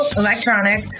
electronic